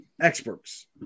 experts